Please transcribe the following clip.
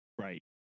right